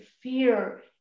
fear